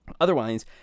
Otherwise